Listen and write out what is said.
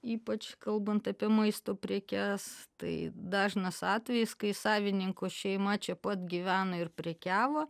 ypač kalbant apie maisto prekes tai dažnas atvejis kai savininko šeima čia pat gyveno ir prekiavo